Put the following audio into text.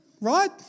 Right